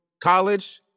college